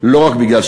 לא רק בגלל,